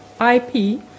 IP